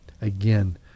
again